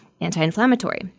anti-inflammatory